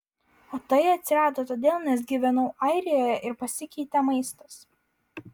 o tai atsirado todėl nes gyvenau airijoje ir pasikeitė maistas